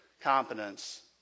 competence